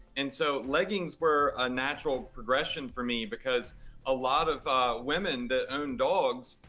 and so leggings were a natural progression for me, because a lot of women that own dogs,